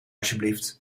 alsjeblieft